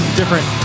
different